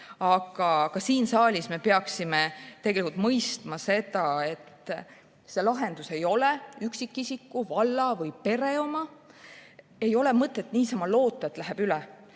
Ka siin saalis me peaksime tegelikult mõistma seda, et lahendus ei ole üksikisiku, valla või pere oma. Ei ole mõtet niisama loota, et läheb üle.